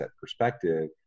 perspective